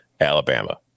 Alabama